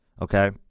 Okay